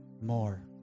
more